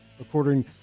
according